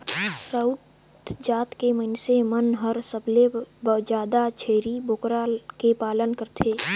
राउत जात के मइनसे मन हर सबले जादा छेरी बोकरा के पालन करथे